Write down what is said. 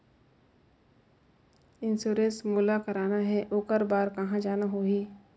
Insurance मोला कराना हे ओकर बार कहा जाना होही?